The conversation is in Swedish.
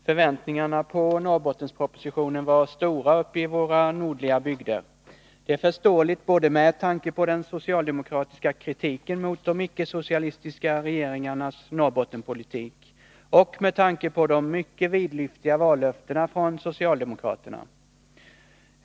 Fru talman! Förväntningarna på Norrbottenspropositionen var stora uppe i våra nordliga bygder. Det är förståeligt både med tanke på den socialdemokratiska kritiken mot de icke-socialistiska regeringarnas Norrbottenpolitik och med tanke på de mycket vidlyftiga vallöftena från socialdemokraterna.